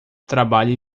trabalhe